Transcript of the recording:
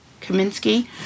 Kaminsky